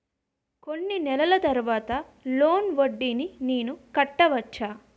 కొన్ని నెలల తర్వాత లోన్ వడ్డీని నేను కట్టవచ్చా?